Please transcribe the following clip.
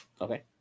Okay